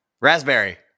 Raspberry